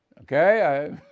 okay